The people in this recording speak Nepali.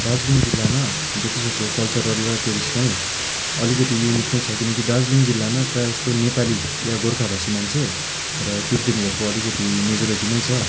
दार्जिलिङ जिल्लामा जति सक्दो कलचरल र ट्रेडिसनल अलिकति युनिक नै छ किनकि दार्जिलिङ जिल्लामा प्रायः जस्तो नेपाली या गोर्खा भाषी मान्छे र टिबिटियन्सहरूको अलिकति मेजोरिटीमै छ